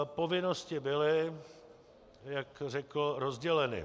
Povinnosti byly, jak řekl, rozděleny.